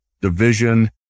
division